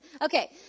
Okay